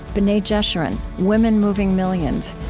b'nai jeshurun, women moving millions,